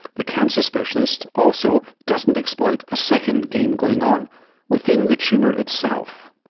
the cancer specialist also doesn't exploit a second game going on within the tumour itself.